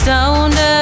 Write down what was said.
Stoned